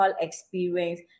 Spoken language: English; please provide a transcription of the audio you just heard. experience